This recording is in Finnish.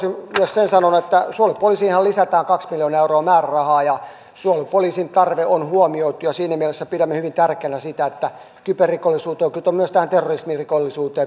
myös sen sanonut että suojelupoliisiinhan lisätään kaksi miljoonaa euroa määrärahaa ja suojelupoliisin tarve on huomioitu siinä mielessä pidämme hyvin tärkeänä sitä että kyberrikollisuuteen kuten myös terrorismirikollisuuteen